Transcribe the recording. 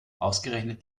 ausgerechnet